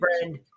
friend